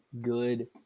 good